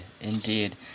indeed